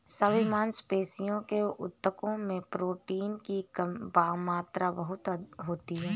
सभी मांसपेशियों के ऊतकों में प्रोटीन की मात्रा बहुत अधिक होती है